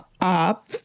up